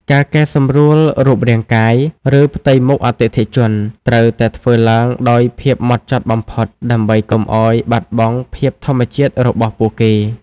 ការកែសម្រួលរូបរាងកាយ ឬផ្ទៃមុខអតិថិជន ត្រូវតែធ្វើឡើងដោយភាពម៉ត់ចត់បំផុត ដើម្បីកុំឱ្យបាត់បង់ភាពធម្មជាតិរបស់ពួកគេ។